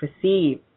perceive